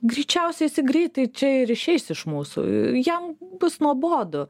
greičiausiai jisai greitai čia ir išeis iš mūsų jam bus nuobodu